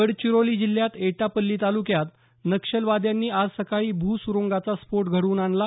गडचिरोली जिल्हात एटापल्ली तालक्यात नक्षलवाद्यांनी आज सकाळी भू सुरुंगाचा स्फोट घडवून आणला